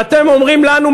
ואתם אומרים לנו,